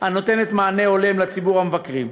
הנותנת מענה הולם לציבור המבקרים.